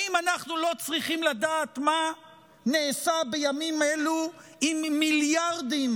האם אנחנו לא צריכים לדעת מה נעשה בימים אלו עם מיליארדים